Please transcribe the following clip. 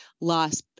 loss